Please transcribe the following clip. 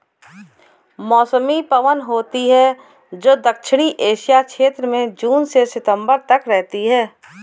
मौसमी पवन होती हैं, जो दक्षिणी एशिया क्षेत्र में जून से सितंबर तक रहती है